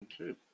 Okay